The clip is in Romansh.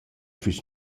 füss